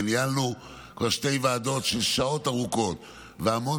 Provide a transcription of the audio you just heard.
ניהלנו כבר שתי ועדות של שעות ארוכות והמון